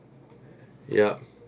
yup